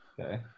Okay